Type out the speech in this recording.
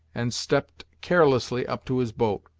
and stepped carelessly up to his boat.